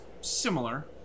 similar